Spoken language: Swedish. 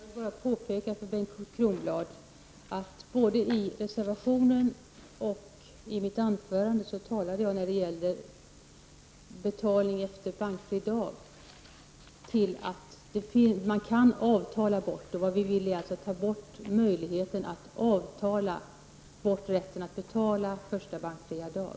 Fru talman! Jag vill bara påpeka för Bengt Kronblad att jag både i reservationen och i mitt anförande när det gäller betalning efter bankfri dag talade om möjligheten att avtala bort detta. Vad vi vill är alltså att ta bort denna möjlighet att avtala bort rätten att betala första bankfria dag.